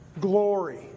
glory